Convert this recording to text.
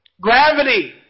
Gravity